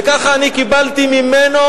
וככה אני קיבלתי ממנו,